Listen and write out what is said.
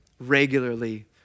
regularly